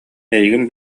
эйигин